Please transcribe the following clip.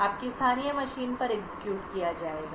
आपकी स्थानीय मशीन पर execute किया जाएगा